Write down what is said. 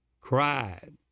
cried